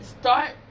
start